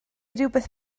rywbeth